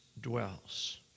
dwells